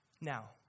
Now